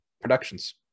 Productions